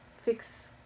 fix